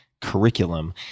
curriculum